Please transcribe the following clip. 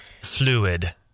fluid